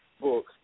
book